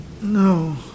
No